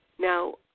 Now